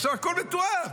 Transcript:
עכשיו, הכול מתואם,